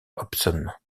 hobson